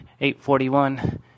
841